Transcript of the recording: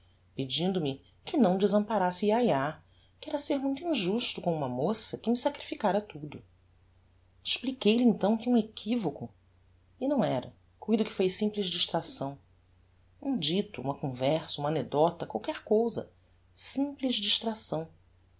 voz pedindo-me que não desamparasse yayá que era ser muito injusto com uma moça que me sacrificara tudo expliquei-lhe então que um equivoco e não era cuido que foi simples distração um dito uma conversa uma anecdota qualquer cousa simples distracção